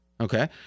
Okay